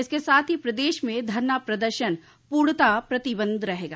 इसके साथ ही प्रदेश में धरना प्रदर्शन पूर्णतः प्रतिबन्ध रहेगा